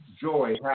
joy